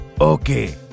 Okay